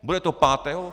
Bude to pátého?